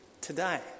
today